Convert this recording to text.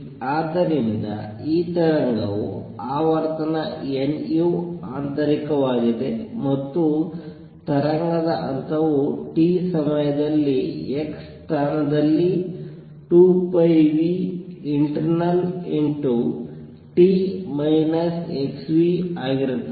ಆದ್ದರಿಂದ ಈ ತರಂಗವು ಆವರ್ತನ nu ಆಂತರಿಕವಾಗಿದೆ ಮತ್ತು ತರಂಗದ ಹಂತವು t ಸಮಯದಲ್ಲಿ x ಸ್ಥಾನದಲ್ಲಿ 2πinternalt xv ಆಗಿರುತ್ತದೆ